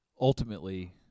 Ultimately